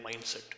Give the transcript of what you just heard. mindset